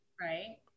right